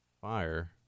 fire